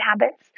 habits